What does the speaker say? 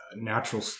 natural